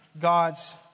God's